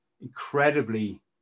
incredibly